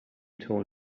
told